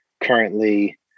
currently